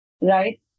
right